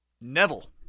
Neville